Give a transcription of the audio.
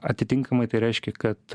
atitinkamai tai reiškia kad